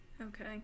okay